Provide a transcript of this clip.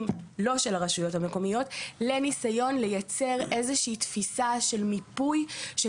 לא של הרשויות המקומיות בניסיון לייצר איזושהי תפיסה של מיפוי של